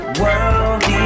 world